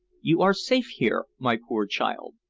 you are safe here, my poor child.